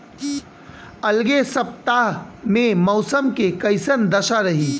अलगे सपतआह में मौसम के कइसन दशा रही?